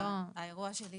האירוע שלי